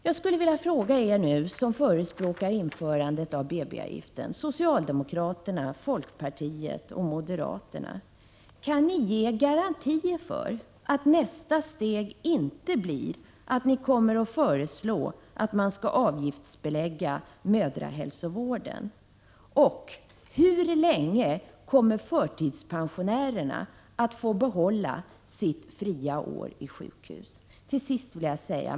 Jag skulle vilja fråga er som förespråkar införandet av BB-avgiften, socialdemokraterna, folkpartisterna och moderaterna: Kan ni ge garantier för att nästa steg inte blir att ni föreslår att man skall avgiftsbelägga mödrahälsovården, och hur länge kommer förtidspensionärerna att få behålla sitt avgiftsfria år på sjukhus?